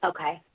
Okay